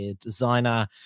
designer